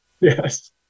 yes